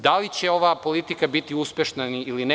Da li će ova politika biti uspešna ili ne?